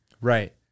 Right